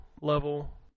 level